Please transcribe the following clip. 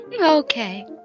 Okay